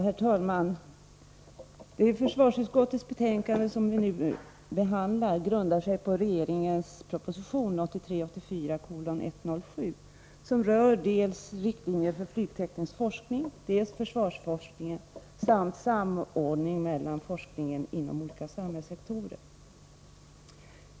Herr talman! Det betänkande från försvarsutskottet som vi nu behandlar grundar sig på regeringens proposition 1983/84:107, som rör dels riktlinjer för flygteknisk forskning, dels försvarsforskningen samt samordning mellan forskningen inom olika samhällssektorer.